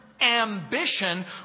Ambition